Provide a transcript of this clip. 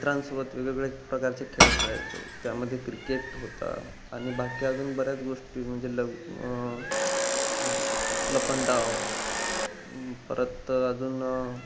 मित्रांसोबत वेगवेगळे प्रकारचे खेळ खेळायचो त्यामध्ये क्रिकेट होता आणि बाकी अजून बऱ्याच गोष्टी म्हणजे ल लपंडाव परत अजून